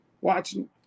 watching